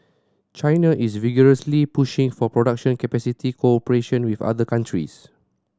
China is vigorously pushing for production capacity cooperation with other countries